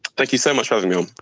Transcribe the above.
thank you so much for having me on.